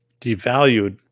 devalued